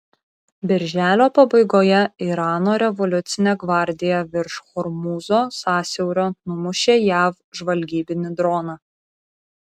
birželio pabaigoje irano revoliucinė gvardija virš hormūzo sąsiaurio numušė jav žvalgybinį droną